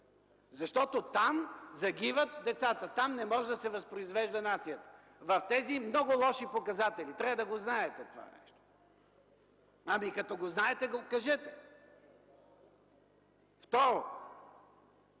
защото там загиват децата, там не може да се възпроизвежда нацията – в тези много лоши показатели! Трябва да го знаете това нещо. (Реплика.) Като го знаете, го кажете! Второ,